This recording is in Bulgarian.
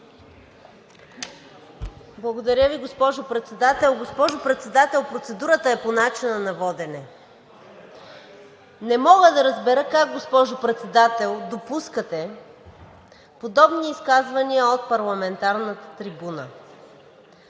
Благодаря Ви, госпожо Председател. Госпожо Председател, процедурата е по начина на водене. Не мога да разбера как, госпожо Председател, допускате подобни изказвания от парламентарната трибуна?